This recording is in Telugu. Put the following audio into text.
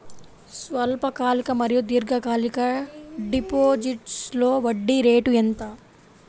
స్వల్పకాలిక మరియు దీర్ఘకాలిక డిపోజిట్స్లో వడ్డీ రేటు ఎంత?